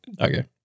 Okay